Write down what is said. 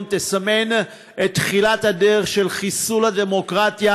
תסמן את תחילת הדרך של חיסול הדמוקרטיה,